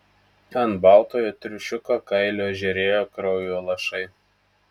ant baltojo triušiuko kailio žėrėjo kraujo lašai